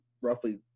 roughly